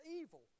evil